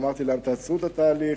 לא אמרתי להם: תעצרו את התהליך,